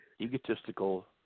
egotistical